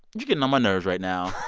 you're getting on my nerves right now.